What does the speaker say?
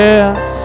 Yes